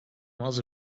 was